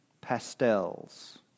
pastels